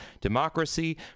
democracy